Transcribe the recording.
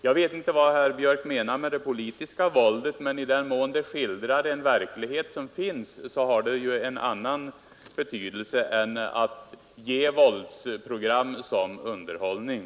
Jag vet inte vad herr Björk menar med det politiska våldet, men i den mån det skildrar den verklighet som finns har det ju en annan betydelse än våldsprogram som underhållning.